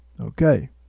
Okay